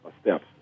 steps